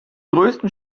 größten